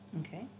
Okay